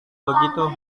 begitu